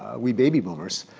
we baby boomers,